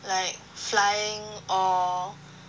like flying or